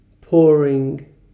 Pouring